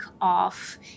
off